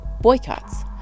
Boycotts